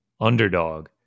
underdog